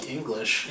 English